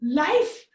life